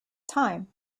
time